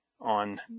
on